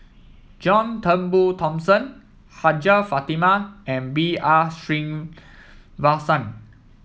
John Turnbull Thomson Hajjah Fatimah and B R Sreenivasan